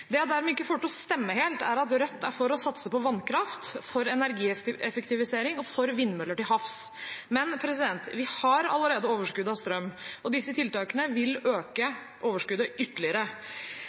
Det jeg derimot ikke får til å stemme helt, er at Rødt er for å satse på vannkraft for energieffektivisering og for vindmøller til havs. Vi har allerede overskudd av strøm, og disse tiltakene vil øke overskuddet ytterligere,